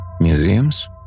Museums